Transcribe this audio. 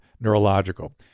neurological